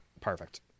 perfect